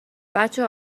بچه